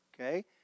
okay